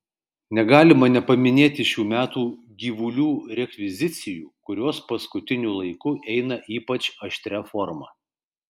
negalima nepaminėti šių metų gyvulių rekvizicijų kurios paskutiniu laiku eina ypač aštria forma